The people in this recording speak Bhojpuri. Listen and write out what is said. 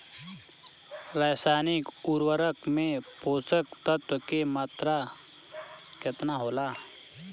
रसायनिक उर्वरक मे पोषक तत्व के मात्रा केतना होला?